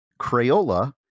Crayola